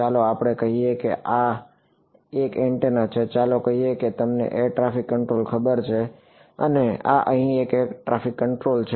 ચાલો આપણે કહીએ કે આ અહીં એક એન્ટેના છે ચાલો કહીએ કે આ તમને એર ટ્રાફિક કંટ્રોલ ખબર છે અને આ અહીં એર ટ્રાફિક કંટ્રોલ છે